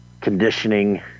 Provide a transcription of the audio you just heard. conditioning